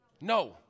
No